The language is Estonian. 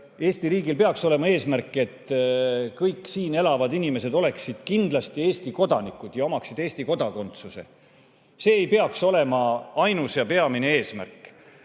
Eesti riigil peaks olema eesmärk, et kõik siin elavad inimesed oleksid kindlasti Eesti kodanikud ja omaksid Eesti kodakondsust? Ainus ja peamine eesmärk